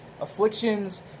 Afflictions